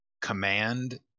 command